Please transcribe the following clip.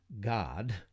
God